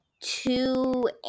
two